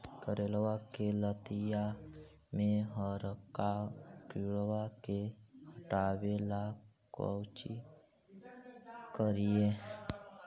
करेलबा के लतिया में हरका किड़बा के हटाबेला कोची करिए?